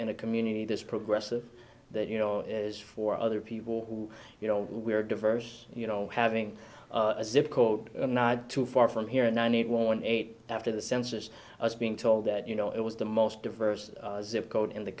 in a community this progressive that you know as for other people who you know we're diverse you know having a difficult not too far from here in ninety eight one eight after the census was being told that you know it was the most diverse zip code in the